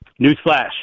Newsflash